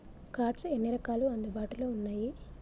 Cards ఎన్ని రకాలు అందుబాటులో ఉన్నయి?